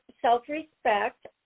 self-respect